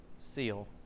seal